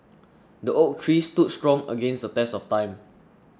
the oak tree stood strong against the test of time